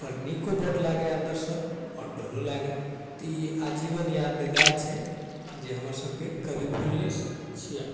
पर नीको बड लागै अन्दरसँ आओर डरो लागै तऽ ई आजीवन यादगार छै जे हमर सभकेँ कभी भुलि नहि सकैत छियै